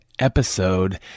episode